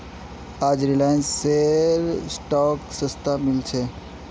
आज रिलायंसेर स्टॉक सस्तात मिल छ